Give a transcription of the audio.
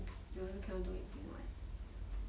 you also cannot do anything [what]